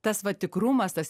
tas va tikrumas tas